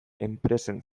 enpresen